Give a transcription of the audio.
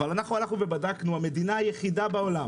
אבל אנחנו הלכנו ובדקנו, המדינה היחידה בעולם